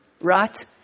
right